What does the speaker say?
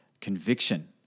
conviction